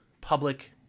public